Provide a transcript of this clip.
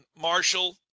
Marshall